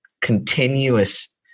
continuous